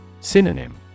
Synonym